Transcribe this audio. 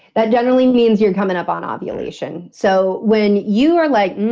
that generally means you're coming up on ah ovulation. so when you are like, mm,